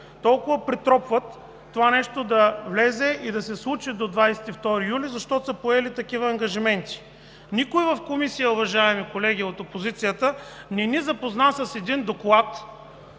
толкова притропват това нещо да влезе, и да се случи до 22 юли, защото са поели такъв ангажимент. Никой в Комисията, уважаеми колеги от опозицията, не ни запозна с един доклад,